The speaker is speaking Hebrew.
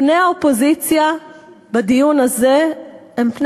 פני האופוזיציה בדיון הזה הם פני